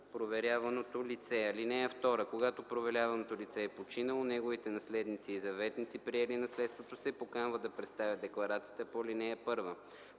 проверяваното лице. (2) Когато проверяваното лице е починало, неговите наследници и заветници, приели наследството, се поканват да представят декларацията по ал. 1.